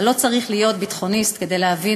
אבל לא צריך להיות ביטחוניסט כדי להבין